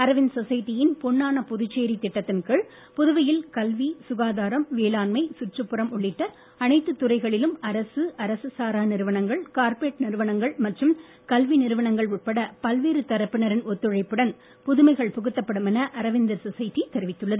அரவிந்தர் சொசைட்டியின் பொன்னான புதுச்சேரி திட்டத்தின் கீழ் புதுவையில் கல்வி சுகாதாரம் வேளாண்மை சுற்றுப்புறம் உள்ளிட்ட அனைத்துத் துறைகளிலும் அரசு அரசு சாரா நிறுவனங்கள் கார்ப்பொரேட் நிறுவனங்கள் மற்றும் கல்வி நிறுவனங்கள் உட்பட பல்வேறு தரப்பினரின் ஒத்துழைப்புடன் புதுமைகள் புகுத்தப்படும் என அரவிந்தர் சொசைட்டி தெரிவித்துள்ளது